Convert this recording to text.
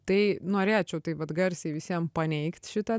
tai norėčiau taip vat garsiai visiem paneigt šitą